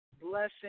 blessing